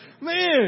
man